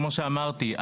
כמו שאמרתי,